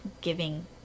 giving